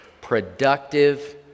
productive